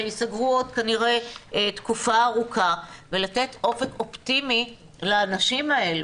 שייסגרו עוד כנראה תקופה ארוכה ולתת אופק אופטימי לאנשים האלה.